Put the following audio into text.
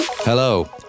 Hello